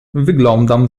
wyglądam